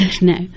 No